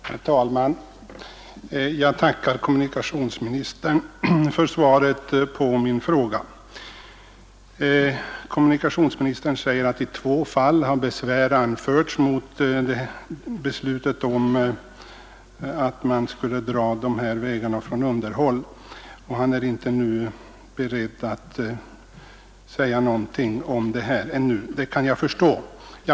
Herr talman! Jag tackar kommunikationsministern för svaret på min fråga. Kommunikationsministern säger att i två fall har besvär anförts mot beslutet om att vägar skulle undantas från allmänt vägunderhåll. Beträffande detta är inte kommunikationsministern beredd att nu säga någonting, och det kan jag förstå.